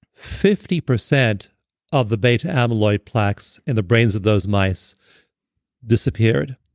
fifty percent of the beta-amyloid plaques in the brains of those mice disappeared.